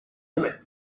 limits